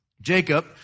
Jacob